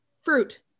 Fruit